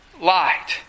Light